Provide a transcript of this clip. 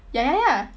ya ya ya